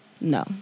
No